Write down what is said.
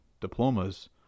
diplomas